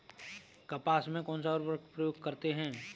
कपास में कौनसा उर्वरक प्रयोग करते हैं?